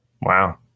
Wow